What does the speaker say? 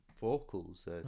vocals